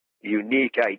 unique